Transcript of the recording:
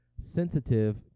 Sensitive